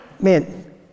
man